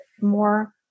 more